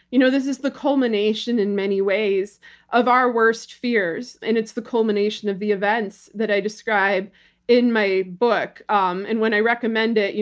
you know this is the culmination in many ways of our worst fears and it's the culmination of the events that i describe in my book. um and when i recommend it,